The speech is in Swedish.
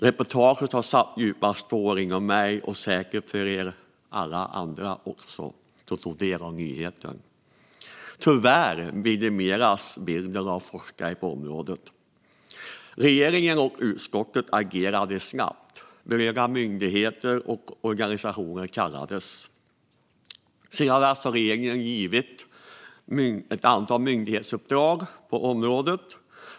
Reportaget har satt djupa spår inom mig och säkert alla andra som tog del av nyheten. Tyvärr vidimeras bilden av forskare på området. Regeringen och utskottet agerade snabbt. Berörda myndigheter och organisationer kallades in. Sedan dess har regeringen givit ett antal myndighetsuppdrag på området.